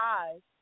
eyes